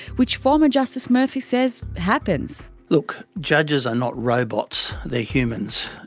which former justice murphy says, happens. look, judges are not robots. they're humans.